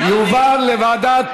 לוועדת